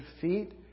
feet